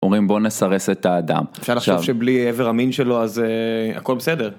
אומרים בוא נסרס את האדם. אפשר לחשוב שבלי איבר המין שלו אז הכל בסדר.